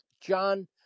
John